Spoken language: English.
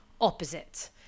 opposite